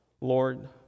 Lord